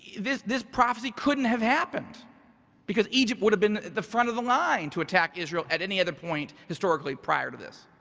this this prophesy couldn't have happened because egypt would have been the front of the line to attack israel at any other point, historically, prior to this.